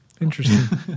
Interesting